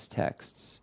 texts